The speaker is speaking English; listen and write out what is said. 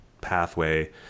pathway